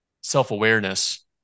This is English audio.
self-awareness